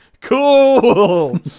Cool